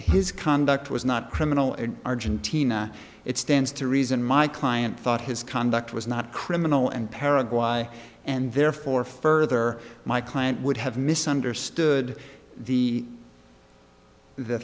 his conduct was not criminal in argentina it stands to reason my client thought his conduct was not criminal and parent why and therefore further my client would have misunderstood the the